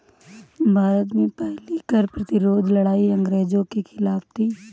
भारत में पहली कर प्रतिरोध लड़ाई अंग्रेजों के खिलाफ थी